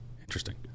Interesting